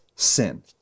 sin